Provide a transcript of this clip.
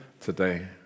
today